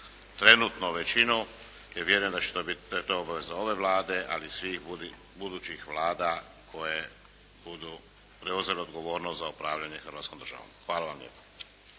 trenutno većinu. Ja vjerujem da je to obaveza ove Vlade, ali i svih budućih vlada koje budu preuzele odgovornost za upravljanje Hrvatskom državom. Hvala vam lijepa.